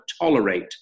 tolerate